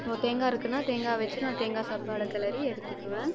இப்போ தேங்காய் இருக்குன்னா தேங்காய் வச்சி நான் தேங்காய் சாப்பாடை கிளரி எடுத்துக்குவேன்